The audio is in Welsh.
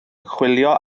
chwilio